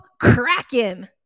cracking